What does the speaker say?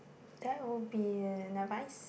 that would be an advice